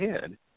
head